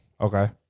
Okay